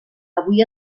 avui